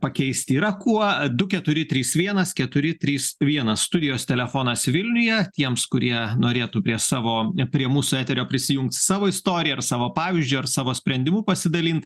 pakeisti yra kuo du keturi trys vienas keturi trys vienas studijos telefonas vilniuje tiems kurie norėtų prie savo prie mūsų eterio prisijungt savo istorija ar savo pavyzdžiu ar savo sprendimu pasidalint